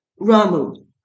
Ramu